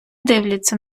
дивляться